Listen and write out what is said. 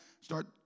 start